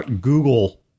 Google